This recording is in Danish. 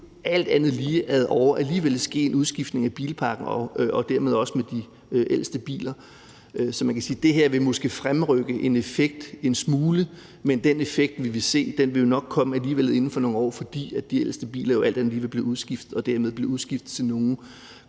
alt andet lige ad åre alligevel vil ske en udskiftning af bilparken og dermed også af de ældste biler. Så man kan sige, at det her måske vil fremrykke en effekt en smule, men den effekt, vi vil se, vil nok alligevel komme inden for nogle år, fordi de ældste biler jo alt andet lige vil blive udskiftet og dermed blive udskiftet til nogle